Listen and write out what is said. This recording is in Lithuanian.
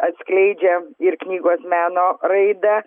atskleidžia ir knygos meno raidą